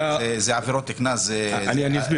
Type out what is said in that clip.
סעיף כזה כללי בעבירות קנס זה בעיה.